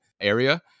area